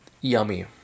Yummy